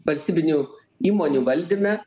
valstybinių įmonių valdyme